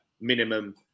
minimum